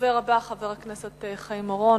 הדובר הבא, חבר הכנסת חיים אורון,